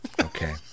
Okay